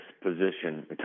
position